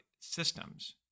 systems